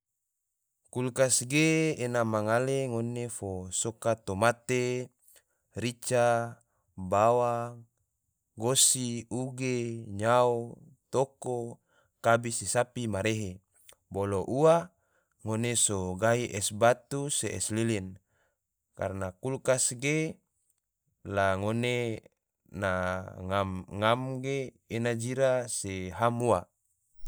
Kulkas ge, ena ma ngale ngone fo soka tomate, rica, bawang, gosi, uge, nyao, toko, kabi, se sapi ma rehe, bolo ua ngone so gahi es batu, se es lilin, karna kulkas ge, la ngone na ngam-ngam ge ena jira se ham ua